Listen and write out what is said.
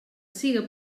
siga